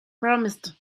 promised